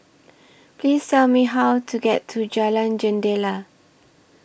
Please Tell Me How to get to Jalan Jendela